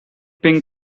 ping